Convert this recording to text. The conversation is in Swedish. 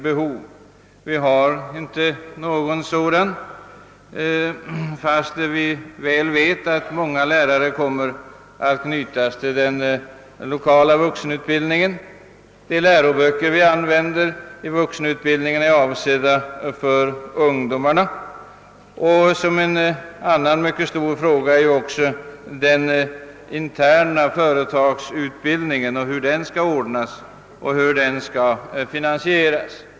Det finns inte någon sådan, fast vi väl vet att många lärare kommer att knytas till den lokala vuxenutbildningen. Vidare är de läroböcker som används i vuxenutbildningen avsedda för ungdomarna. En annan mycket stor fråga är hur den interna företagsutbildningen skall ordnas och finansieras.